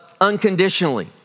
unconditionally